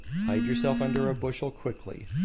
hide yourself under a bushel quickly,